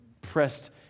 pressed